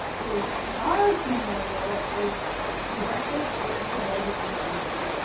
a large memorial is erected in sheboygan, wisconsin.